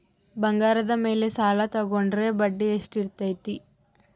ಬಂಗಾರದ ಮೇಲೆ ಸಾಲ ತೋಗೊಂಡ್ರೆ ಬಡ್ಡಿ ಎಷ್ಟು ಇರ್ತೈತೆ?